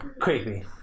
creepy